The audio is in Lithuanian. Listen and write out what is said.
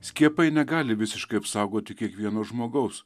skiepai negali visiškai apsaugoti kiekvieno žmogaus